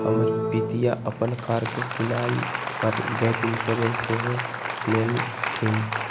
हमर पितिया अप्पन कार के किनाइ पर गैप इंश्योरेंस सेहो लेलखिन्ह्